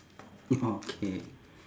okay